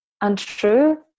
untrue